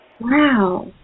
Wow